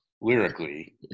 lyrically